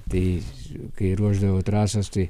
tai kai ruošdavau trasas tai